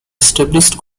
established